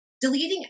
deleting